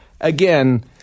again